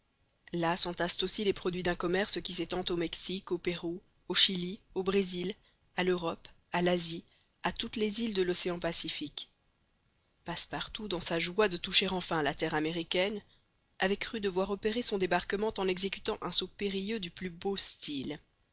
là s'entassent aussi les produits d'un commerce qui s'étend au mexique au pérou au chili au brésil à l'europe à l'asie à toutes les îles de l'océan pacifique passepartout dans sa joie de toucher enfin la terre américaine avait cru devoir opérer son débarquement en exécutant un saut périlleux du plus beau style